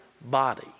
body